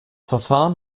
verfahren